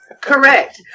Correct